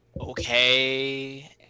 Okay